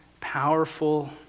powerful